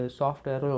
software